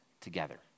together